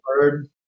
Bird